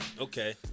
okay